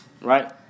Right